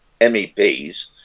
MEPs